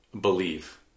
believe